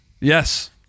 Yes